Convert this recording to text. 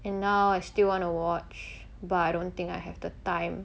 and now I still want to watch but I don't think I have the time